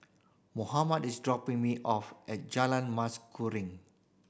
Mohammed is dropping me off at Jalan Mas Kuning